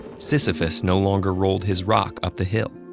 sisyphus no longer rolled his rock up the hill.